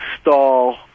stall